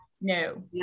No